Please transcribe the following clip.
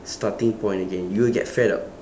starting point again you will get fed up